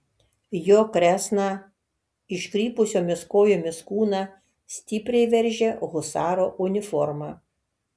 jo kresną iškrypusiomis kojomis kūną stipriai veržia husaro uniforma